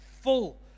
full